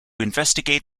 investigate